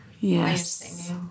yes